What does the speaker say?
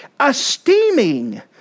esteeming